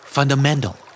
Fundamental